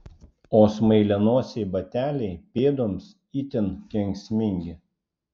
o smailianosiai bateliai pėdoms itin kenksmingi